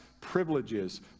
privileges